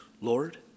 Lord